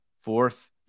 fourth